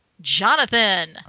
Jonathan